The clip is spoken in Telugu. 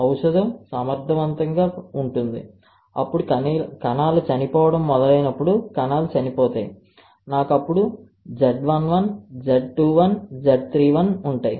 ఔషధం సమర్థవంతంగా ఉంటుంది అప్పుడు కణాలు చనిపోవడం మొదలైనప్పుడు కణాలు చనిపోతాయి నాకు అప్పుడు Z11 Z21 Z31 ఉంటాయి